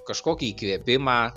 kažkokį įkvėpimą